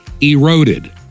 eroded